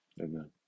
amen